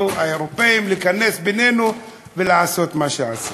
האירופים להיכנס בינינו ולעשות מה שעשו.